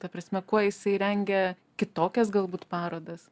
ta prasme kuo jisai rengia kitokias galbūt parodas